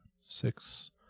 six